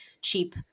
cheap